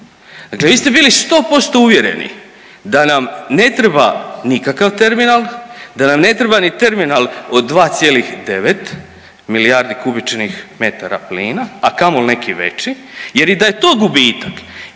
Dakle, vi ste bili 100% uvjereni da nam ne treba nikakav terminal, da nam ne treba ni terminal od 2,9 milijardi kubičnih metara plina, a kamoli neki veći jer da je i to gubitak